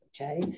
okay